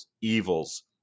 evils